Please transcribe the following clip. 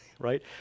right